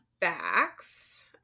facts